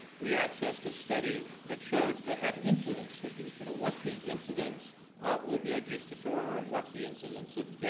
we accessed a study that showed, that had incidence figures, you know what's the incidence of opioid use disorder and what's the incidence of